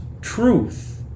truth